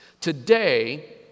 Today